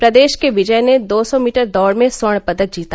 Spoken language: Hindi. प्रदेश के विजय ने दो सौ मीटर दौड़ में स्वर्ण पदक जीता